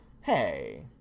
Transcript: Hey